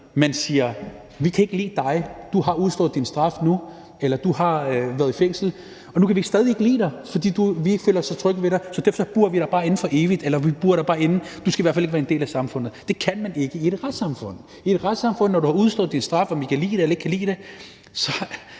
man siger: Vi kan ikke lide dig, du har udstået din straf nu, og du har været i fængsel, men vi kan stadig ikke lide dig, fordi vi ikke føler os trygge ved dig, så derfor burer vi dig bare inde for evigt; vi burer dig inde, og du skal i hvert fald ikke være en del af samfundet. Det kan man ikke i et retssamfund. I et retssamfund er det sådan, at når du har udstået din straf, hvad enten vi kan lide det eller